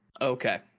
okay